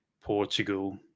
Portugal